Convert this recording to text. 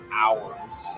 hours